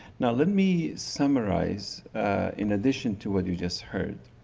now, let me summarize in addition to what you just heard,